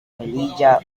melilla